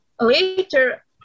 later